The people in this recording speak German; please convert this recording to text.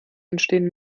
entstehen